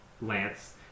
lance